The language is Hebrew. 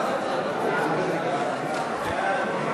ועדת הכנסת בדבר פיצול הצעת חוק לקידום השקעות בחברות